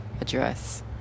address